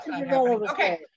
Okay